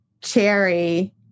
Cherry